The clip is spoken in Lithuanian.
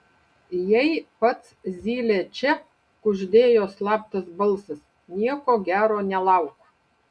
jei pats zylė čia kuždėjo slaptas balsas nieko gero nelauk